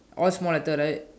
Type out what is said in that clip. all small letter right